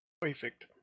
Perfect